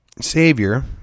Savior